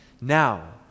Now